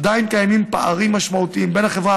עדיין קיימים פערים משמעותיים בין החברה